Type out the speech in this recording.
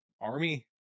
Army